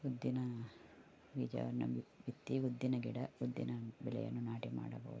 ಉದ್ದಿನ ಬೀಜವನ್ನು ಬಿತ್ತಿ ಬಿತ್ತಿ ಉದ್ದಿನ ಗಿಡ ಉದ್ದಿನ ಬೆಳೆಯನ್ನು ನಾಟಿ ಮಾಡಬಹುದು